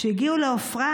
כשהגיעו לעופרה,